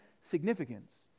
significance